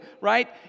right